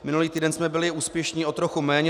Minulý týden jsme byli úspěšní o trochu méně.